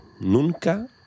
Nunca